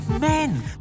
men